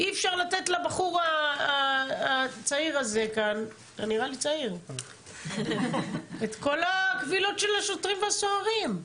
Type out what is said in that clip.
אי אפשר לתת לבחור הצעיר הזה כאן את כל הקבילות של השוטרים והסוהרים.